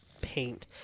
paint